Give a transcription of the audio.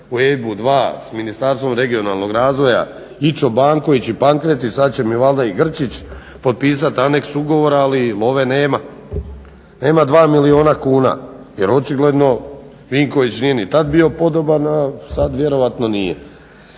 u EIB-u 2 s Ministarstvom regionalnog razvoja i Čobanković i Pankretić, sad će mi valjda i Grčić potpisat aneks ugovora, ali love nema. Nema 2 milijuna kuna jer očigledno Vinković nije ni tad bio podoban, a sad vjerojatno nije.